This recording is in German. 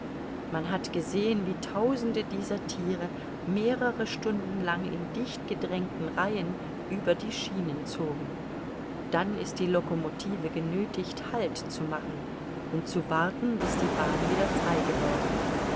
man hat gesehen wie tausende dieser thiere mehrere stunden lang in dicht gedrängten reihen über die schienen zogen dann ist die locomotive genöthigt halt zu machen und zu warten bis die bahn wieder frei geworden